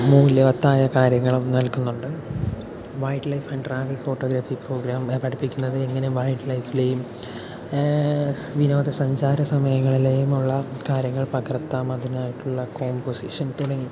മൂല്യവത്തായ കാര്യങ്ങളും നൽകുന്നുണ്ട് wildlife and travel photography programme ഇവിടെ പഠിപ്പിക്കുന്നത് എങ്ങനെ വൈൽഡ്ലൈഫിലെയും വിനോദസഞ്ചാര സമയങ്ങളിലെയും ഉള്ള കാര്യങ്ങൾ പകർത്താം അതിനായിട്ടുള്ള കോമ്പോസിഷൻ തുടങ്ങി